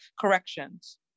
corrections